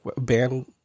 band